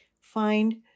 Find